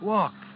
Walk